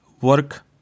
work